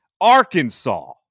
Arkansas